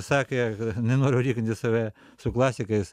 sakė kad nenoriu lyginti save su klasikais